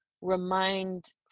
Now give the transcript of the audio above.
remind